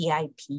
VIP